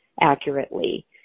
accurately